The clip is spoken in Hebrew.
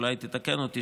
אולי תתקן אותי,